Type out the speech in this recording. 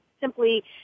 simply